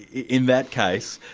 in that case,